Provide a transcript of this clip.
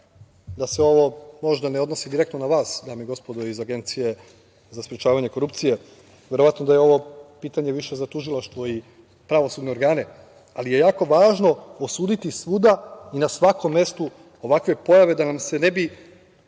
da se ovo možda ne odnosi direktno na vas, dame i gospodo iz Agencije za sprečavanje korupcije, verovatno da je ovo pitanje više za tužilaštvo i pravosudne organe, ali je jako važno osuditi svuda i na svakom mestu ovakve pojave da nam se ne bi